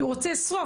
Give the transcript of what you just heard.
הוא רוצה לשרוף,